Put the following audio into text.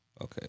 Okay